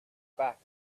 back